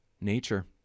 nature